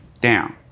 Down